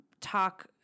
talk